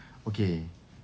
okay